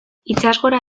itsasgora